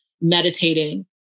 meditating